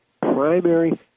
primary